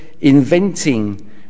inventing